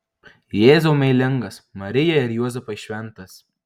jėzau meilingas marija ir juozapai šventas